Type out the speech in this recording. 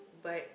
but